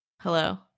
Hello